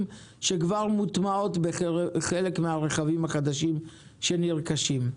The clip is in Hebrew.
שכבר מוטמעות בחלק מן הרכבים החדשים שנרכשים.